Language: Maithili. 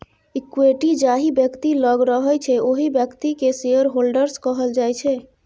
इक्विटी जाहि बेकती लग रहय छै ओहि बेकती केँ शेयरहोल्डर्स कहल जाइ छै